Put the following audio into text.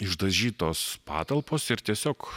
išdažytos patalpos ir tiesiog